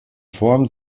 formen